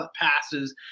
passes